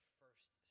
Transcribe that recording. first